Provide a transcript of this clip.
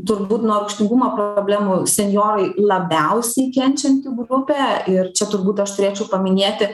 turbūt nuo rūgštingumo problemų senjorai labiausiai kenčianti grupė ir čia turbūt aš turėčiau paminėti